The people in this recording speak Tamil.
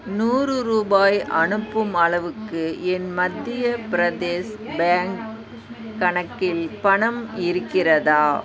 நூறு ரூபாய் அனுப்பும் அளவுக்கு என் மத்திய பிரதேஷ் பேங்க் கணக்கில் பணம் இருக்கிறதா